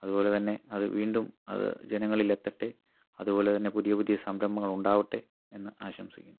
അതുപോലെ തന്നെ അത് വീണ്ടും അത് ജനങ്ങളിൽ എത്തട്ടെ അതുപോലെ തന്നെ പുതിയ പുതിയ സംരംഭങ്ങൾ ഉണ്ടാവട്ടെ എന്ന് ആശംസിക്കുന്നു